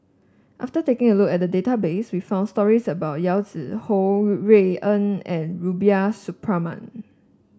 after taking a look at the database we found stories about Yao Zi Ho Rui An and Rubiah Suparman